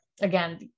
again